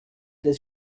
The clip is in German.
des